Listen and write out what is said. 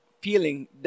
feeling